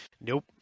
nope